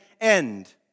end